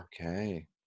Okay